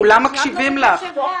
כולם מקשיבים לך.